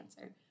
answer